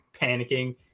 panicking